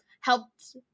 helped